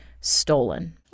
Stolen